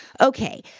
Okay